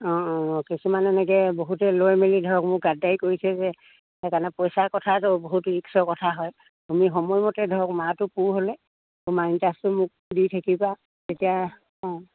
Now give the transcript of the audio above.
অঁ অঁ কিছুমান এনেকে বহুতে লৈ মেলি ধৰক মোক গাৰডায়ি কৰিছে যে সেইকাৰণে পইচাৰ কথাত বহুত ৰিক্সৰ কথা হয় তুমি সময়মতে ধৰক মাহটো পূৰ হ'লে তোমাৰ ইণ্টাৰেষ্টটো মোক দি থাকিবা তেতিয়া অঁ